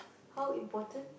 how important